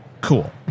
Cool